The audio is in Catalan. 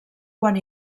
quan